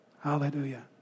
Hallelujah